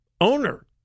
owner